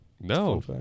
no